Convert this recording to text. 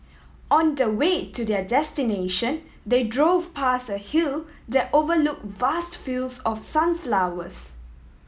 on the way to their destination they drove past a hill that overlook vast fields of sunflowers